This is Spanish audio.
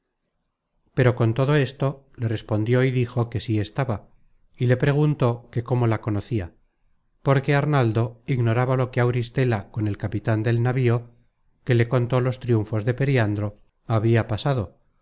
pero con todo esto le respondió y dijo que sí estaba y le preguntó que cómo la conocia porque arnaldo ignoraba lo que auristela con el capitan del navío que le contó los triunfos de periandro habia pasado